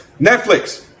Netflix